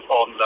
on